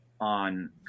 on